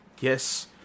Yes